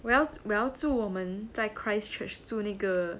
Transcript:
我要我要住我们在 christchurch 住那个